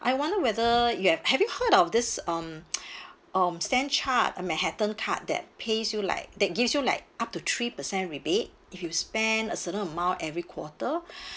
I wonder whether you have have you heard of this um um StanChart uh manhattan card that pays you like that gives you like up to three percent rebate if you spend a certain amount every quarter